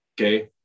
okay